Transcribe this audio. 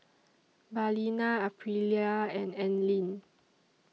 Balina Aprilia and Anlene